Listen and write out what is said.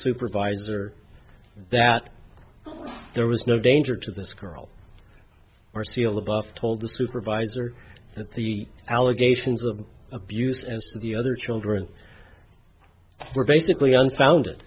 supervisor that there was no danger to the squirrel or seal above told the supervisor at the allegations of abuse and the other children were basically unfounded